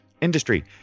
industry